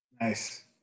Nice